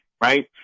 right